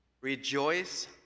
rejoice